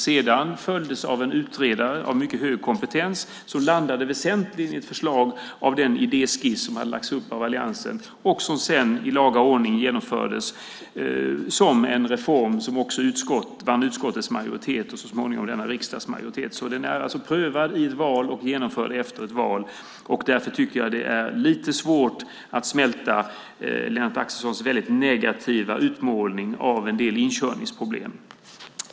Sedan följdes det av en utredare med mycket hög kompetens som landade i ett förslag utifrån den idéskiss som hade lagts upp av alliansen och som sedan i laga ordning genomfördes som en reform som också vann utskottets majoritet och så småningom denna riksdags majoritet. Den är alltså prövad i ett val och genomförd efter ett val. Därför tycker jag att det är lite svårt att smälta Lennart Axelssons väldigt negativa utmålning av en del inkörningsproblem.